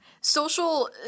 Social